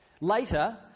Later